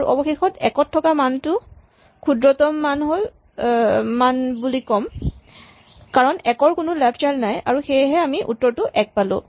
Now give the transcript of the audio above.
আৰু অৱশেষত ১ ত থকা মানটো ক্ষুদ্ৰতম মান বুলি ক'ম কাৰণ ১ ৰ কোনো লেফ্ট চাইল্ড নাই আৰু সেয়ে আমি উত্তৰটো ১ পালো